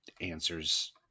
answers